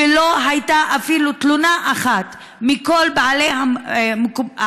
ולא הייתה אפילו תלונה אחת מכל בעלי העסקים